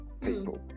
people